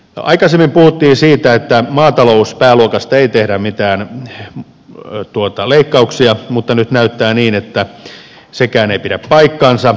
aikaisemmin puhuttiin siitä että maatalouspääluokassa ei tehdä mitään leikkauksia mutta nyt näyttää niin että sekään ei pidä paikkaansa